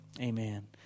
amen